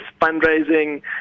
fundraising